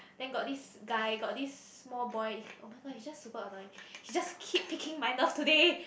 then got this guy got this small boy oh-my-god he's just super annoying he just keep picking my nerve today